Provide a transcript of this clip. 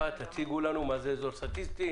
תציגו לנו מה הוא אזור סטטיסטי,